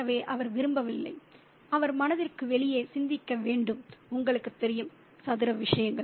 எனவே அவர் விரும்பினால் அவர் மனதிற்கு வெளியே சிந்திக்க வேண்டும் உங்களுக்குத் தெரியும் சதுர விஷயங்கள்